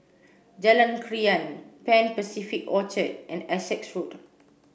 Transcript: Jalan Krian Pan Pacific Orchard and Essex Road